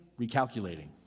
recalculating